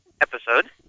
episode